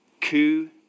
coup